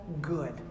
good